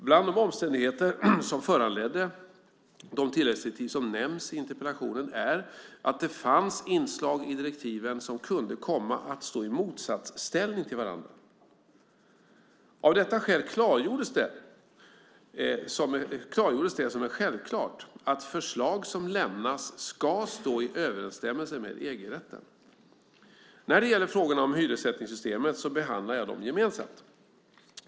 Några av de omständigheter som föranledde de tilläggsdirektiv som nämns i interpellationen är att det fanns inslag i direktiven som kunde komma att stå i motsatsställning till varandra. Av detta skäl klargjordes det som är självklart, nämligen att förslag som lämnas ska stå i överensstämmelse med EG-rätten. När det gäller frågorna om hyressättningssystemet behandlar jag dem gemensamt.